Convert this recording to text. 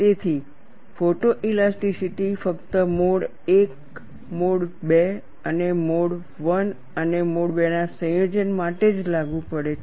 તેથી ફોટોઇલાસ્ટિસીટી ફક્ત mode I mode II અને મોડ I અને મોડ II ના સંયોજન માટે જ લાગુ પડે છે